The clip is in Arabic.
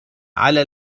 على